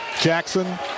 Jackson